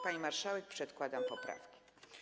Pani marszałek, przedkładam poprawki.